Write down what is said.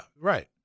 right